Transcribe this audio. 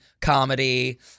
comedy